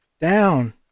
down